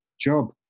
job